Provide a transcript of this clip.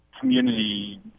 community